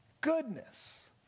goodness